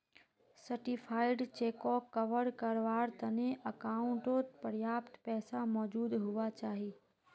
certified चेकोक cover कारवार तने अकाउंटओत पर्याप्त पैसा मौजूद हुवा चाहि